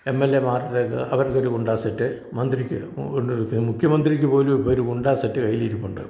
M എൽ എമാരുടെ ക അവരുടെ ഒരു ഗുണ്ട സെറ്റ് മന്ത്രിക്ക് ഉണ്ടൊരു മുഖ്യമന്ത്രിക്ക് പോലും ഇപ്പം ഒരു ഗുണ്ട സെറ്റ് കയ്യിലിരിപ്പുണ്ട്